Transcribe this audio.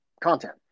content